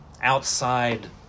outside